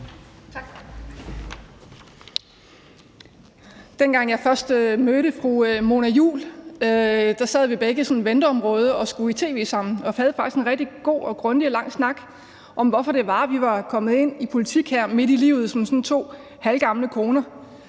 Dengang jeg først mødte fru Mona Juul, sad vi begge i et venteområde og skulle i tv sammen og havde faktisk en rigtig god og grundig lang snak om, hvorfor vi var kommet ind i politik her midt i livet som sådan to halvgamle koner.